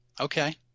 okay